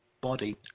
body